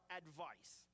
advice